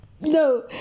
No